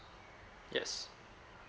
yes